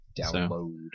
Download